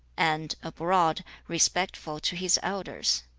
and, abroad, respectful to his elders.